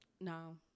no